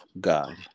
God